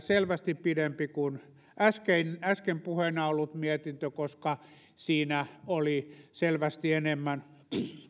selvästi pidempi kuin äsken äsken puheena ollut mietintö koska tässä asiassa oli selvästi enemmän